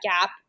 gap